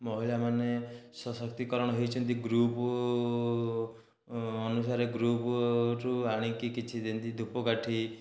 ମହିଳାମାନେ ସଶକ୍ତିକରଣ ହୋଇଛନ୍ତି ଗ୍ରୁପ୍ ଅନୁସାରେ ଗ୍ରୁପ୍ଠୁ ଆଣିକି କିଛି ଯେମିତି ଧୂପକାଠି